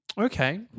Okay